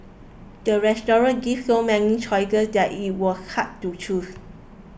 the restaurant gave so many choices that it was hard to choose